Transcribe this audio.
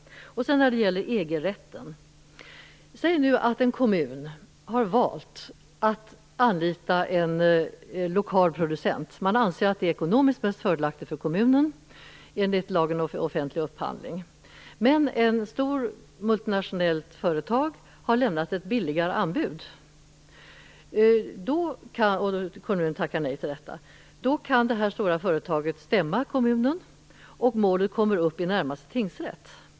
Jag skall också ta upp EG-rätten. Man kan anta att en kommun har valt att anlita en lokal producent, enligt lagen om offentlig upphandling. Man anser att det är ekonomiskt mest fördelaktigt för kommunen. Men ett stort multinationellt företag har lämnat ett billigare anbud. Om man tackat nej till det kan detta stora företag stämma kommunen, och målet kommer upp i närmaste tingsrätt.